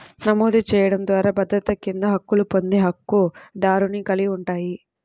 నమోదు చేయడం ద్వారా భద్రత కింద హక్కులు పొందే హక్కుదారుని కలిగి ఉంటాయి,